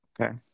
Okay